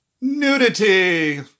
Nudity